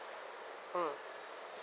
mm